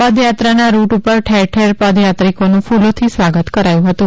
પદયાત્રાના route પર ઠેર ઠેર પદયાત્રિકોનું કૂલોથી સ્વાગત કરાયું હતું